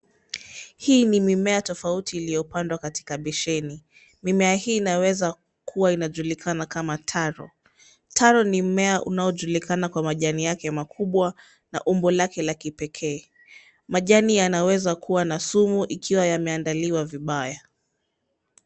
Hii ni mimea tafauti liopandwa katika bisheni. Mimea hii naweza kuwa inajulikana kama Taro. Taro ni mmea unaojulikana kwa majani yake makubwa na umbo lake lakipeke. Majani yanaweza kuwa na sumu ikiwa yameandaliwa vibaya.